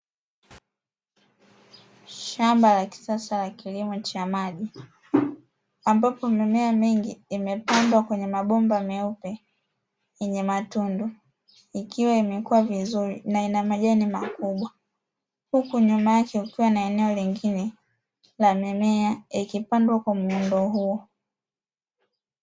Shamba la kisasa la kilimo cha maji ambapo mimea mingi imepandwa kwenye mabomba meupe yenye matundu, ikiwa imeekwa vizuri na ina majani makubwa huku nyuma yake kukiwa na eneo lingine la mimea yakipandwa kwa muundo huo.